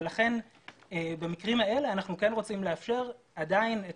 ולכן במקרים האלה אנחנו כן רוצים לאפשר עדיין את